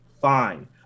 fine